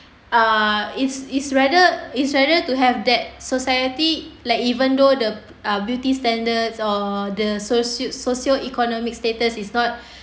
uh it's it's rather it's rather to have that society like even though the uh beauty standards or the socio~ socioeconomic status is not